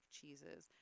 cheeses